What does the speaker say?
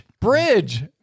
bridge